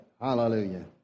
Hallelujah